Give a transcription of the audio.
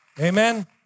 Amen